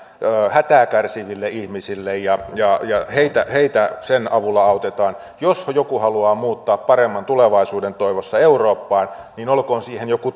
hätää kärsiville ihmisille ja ja heitä heitä sen avulla autetaan jos joku haluaa muuttaa paremman tulevaisuuden toivossa eurooppaan niin olkoon siihen joku